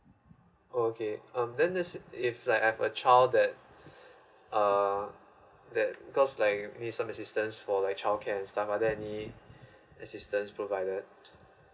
okay um then there's if like I have a child that err that because like he some assistance for like childcare and stuff are there any assistance provided